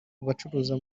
abacuruza